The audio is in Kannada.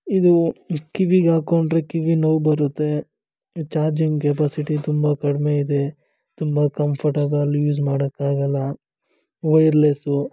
ಇದು ಕಿವಿಗೆ ಹಾಕ್ಕೊಂಡ್ರೆ ಕಿವಿ ನೋವು ಬರುತ್ತೆ ಚಾರ್ಜಿಂಗ್ ಕ್ಯಪಾಸಿಟಿ ತುಂಬ ಕಡಿಮೆ ಇದೆ ತುಂಬ ಕಂಫರ್ಟಬಲ್ ಯೂಸ್ ಮಾಡೋಕ್ಕಾಗಲ್ಲ ವಯರ್ಲೆಸ್ಸು